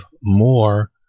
more